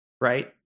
Right